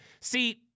See